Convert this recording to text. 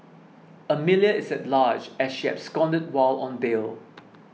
Amelia is at large as she absconded while on bail